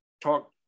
talk